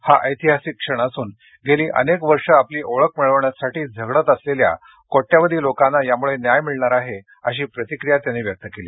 हा ऐतिहासिक क्षण असून गेली अनेक वर्षे आपली ओळख मिळवण्यासाठी झगडत असलेल्या कोट्यवधी लोकांना यामुळे न्याय मिळणार आहे अशी प्रतिक्रिया त्यांनी व्यक्त केली